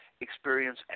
experience